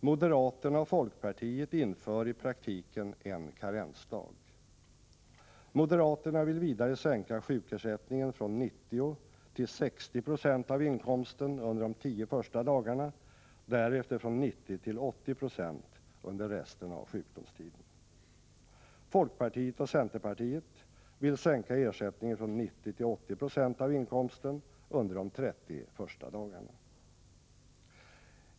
Moderaterna och folkpartiet inför i praktiken en karensdag. Moderaterna vill vidare sänka sjukersättningen från 90 till 60 96 av inkomsten under de tio första dagarna, därefter från 90 till 80 96 under resten av sjukdomstiden. Folkpartiet och centerpartiet vill sänka ersättningen från 90 till 80 96 av inkomsten under de 30 första dagarna.